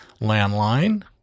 landline